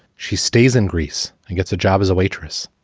she stays in greece and gets a job as a waitress.